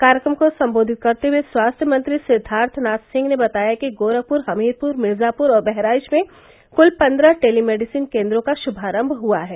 कार्यक्रम को सम्बोधित करते हये स्वास्थ्य मंत्री सिद्दार्थनाथ सिंह ने बताया कि गोरखप्र हमीरपुर मिर्जाप्र और बहराइच में क्ल पन्द्रह टेलीमेडिसिन केन्द्रों का शुभारम्म हुआ है